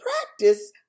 practice